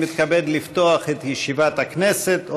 אני מתכבד לפתוח את ישיבת הכנסת.